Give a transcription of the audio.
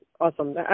Awesome